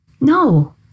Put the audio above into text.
No